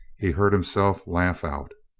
he heard himself laugh out.